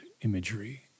imagery